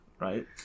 right